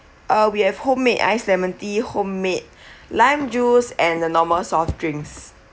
uh we have homemade ice lemon tea homemade lime juice and the normal soft drinks